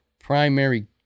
primary